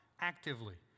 actively